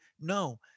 no